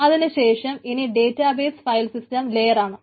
അതിനുശേഷം ഇനി database file system layer ആണ്